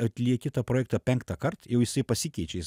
atlieki tą projektą penktą kart jau jisai pasikeičia jis